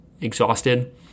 exhausted